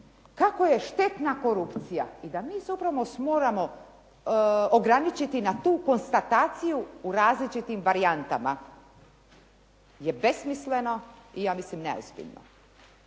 kako je štetna korupcija i da mi zapravo se moramo ograničiti na tu konstataciju u različitim varijantama je besmisleno i ja mislim neozbiljno.